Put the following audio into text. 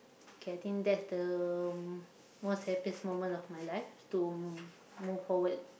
K I think that's the most happiest moment of my life to move forward